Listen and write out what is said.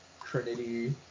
Trinity